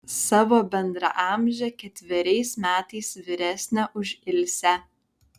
savo bendraamžę ketveriais metais vyresnę už ilsę